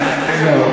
לא,